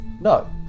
No